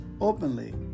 openly